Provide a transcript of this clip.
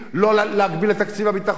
לא להגביל את תקציב הביטחון,